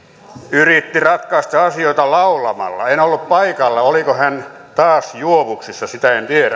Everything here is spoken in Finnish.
yritti ratkaista asioita laulamalla en ollut paikalla oliko hän taas juovuksissa sitä en